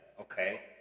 Okay